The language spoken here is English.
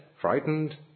frightened